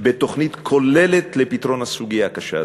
בתוכנית כוללת לפתרון הסוגיה הקשה זו.